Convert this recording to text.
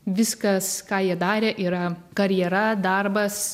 viskas ką jie darė yra karjera darbas